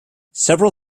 several